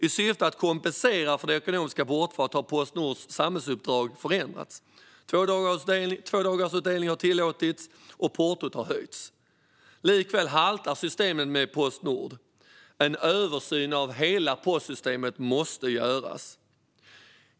I syfte att kompensera för det ekonomiska bortfallet har Postnords samhällsuppdrag förändrats. Tvådagarsutdelning har tillåtits, och portot har höjts. Likväl haltar systemet med Postnord. En översyn av hela postsystemet måste göras.